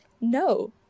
no